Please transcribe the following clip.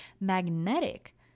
magnetic